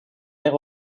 air